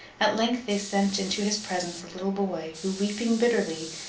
at length, they sent into his presence a little boy, who, weeping bitterly,